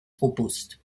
robust